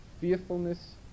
fearfulness